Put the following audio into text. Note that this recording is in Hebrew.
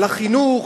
על החינוך,